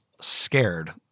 scared